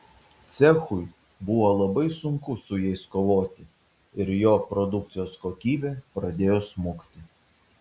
cechui buvo labai sunku su jais kovoti ir jo produkcijos kokybė pradėjo smukti